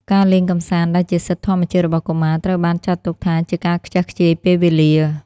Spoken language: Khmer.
ការលេងកម្សាន្តដែលជាសិទ្ធិធម្មជាតិរបស់កុមារ ត្រូវបានចាត់ទុកថាជាការខ្ជះខ្ជាយពេលវេលា។